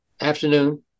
afternoon